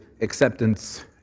acceptance